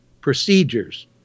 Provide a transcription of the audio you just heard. procedures